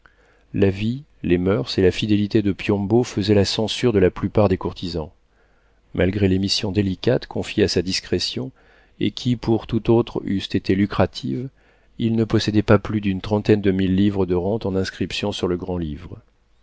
la vie les moeurs et la fidélité de piombo faisaient la censure de la plupart des courtisans malgré les missions délicates confiées à sa discrétion et qui pour tout autre eussent été lucratives il ne possédait pas plus d'une trentaine de mille livres de rente en inscriptions sur le grand-livre